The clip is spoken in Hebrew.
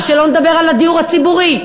שלא לדבר על הדיור הציבורי,